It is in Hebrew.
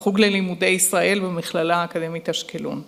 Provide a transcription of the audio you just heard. ‫חוג ללימודי ישראל ‫במכללה אקדמית אשקלון.